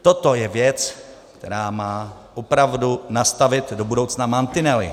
Toto je věc, která má opravdu nastavit do budoucna mantinely.